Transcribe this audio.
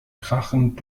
krachend